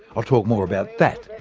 i'll talk more about that,